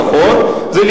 ועדת חוץ וביטחון,